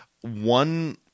one